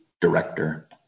director